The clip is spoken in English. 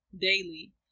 daily